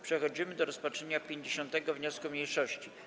Przechodzimy do rozpatrzenia 50. wniosku mniejszości.